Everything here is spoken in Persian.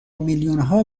میلیونها